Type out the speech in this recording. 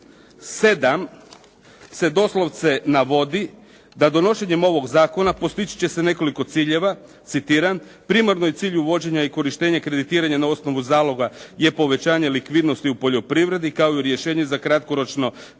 7. se doslovce navodi da donošenjem ovog zakona postići će se nekoliko ciljeva, citiram, primarno je cilj uvođenja i korištenja kreditiranja na osnovu zaloga je povećanje likvidnosti u poljoprivredi, kao i rješenje za kratkoročno